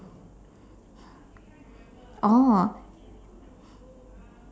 oh